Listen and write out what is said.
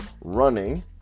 running